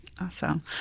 Awesome